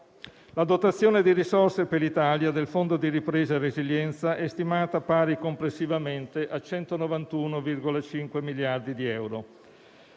La dotazione di risorse per l'Italia del fondo di ripresa e resilienza è stimata pari complessivamente a 191,5 miliardi di euro;